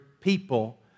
people